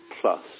plus